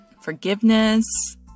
forgiveness